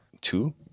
two